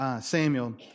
Samuel